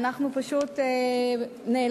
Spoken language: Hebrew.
אנחנו פשוט נאלצים